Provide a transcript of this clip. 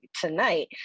tonight